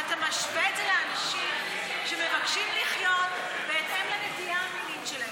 ואתה משווה את זה לאנשים שמבקשים לחיות בהתאם לנטייה המינית שלהם.